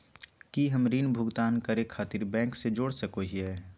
की हम ऋण भुगतान करे खातिर बैंक से जोड़ सको हियै?